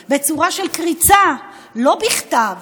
שמבטאת בצורה הכי נאמנה את רוח